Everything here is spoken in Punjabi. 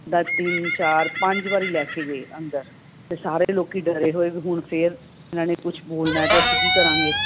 ਇੱਦਾਂ ਤਿੰਨ ਚਾਰ ਪੰਜ ਵਾਰ ਲੈ ਕੇ ਗਏ ਅੰਦਰ ਤਾਂ ਸਾਰੇ ਲੋਕ ਡਰੇ ਹੋਏ ਵੀ ਹੁਣ ਫਿਰ ਇਨ੍ਹਾਂ ਨੇ ਕੁਛ ਬੋਲਣਾ ਤਾਂ ਅਸੀਂ ਕੀ ਕਰਾਂਗੇ